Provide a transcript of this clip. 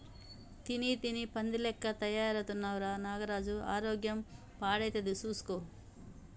తిని తిని పంది లెక్క తయారైతున్నవ్ రా నాగరాజు ఆరోగ్యం పాడైతది చూస్కో